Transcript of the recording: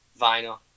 Vinyl